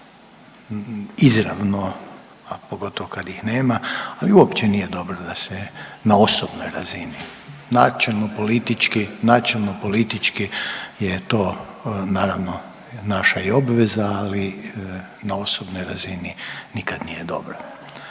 izravno, a pogotovo kad ih nema, ali uopće nije dobro da se na osobnoj razini, načelno politički, načelno politički je to naravno naša i obveza, ali na osobnoj razini nikad nije dobro,